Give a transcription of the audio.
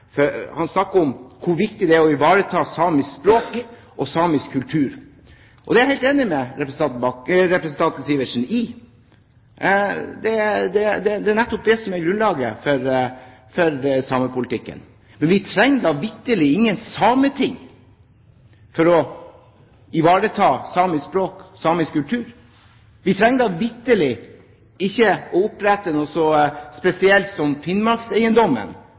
med. Han snakket om hvor viktig det er å ivareta samisk språk og samisk kultur. Det er jeg helt enig med representanten Sivertsen i. Det er nettopp det som er grunnlaget for samepolitikken. Men vi trenger da vitterlig ikke noe sameting for å ivareta samisk språk og samisk kultur. Vi trenger da vitterlig ikke opprette noe så spesielt som Finnmarkseiendommen